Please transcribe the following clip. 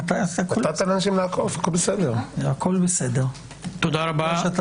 תודה רבה.